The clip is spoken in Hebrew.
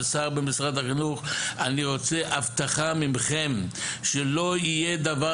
כשר במשרד החינוך אני רוצה הבטחה ממכם שלא יהיה דבר